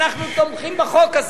אנחנו תומכים בחוק הזה.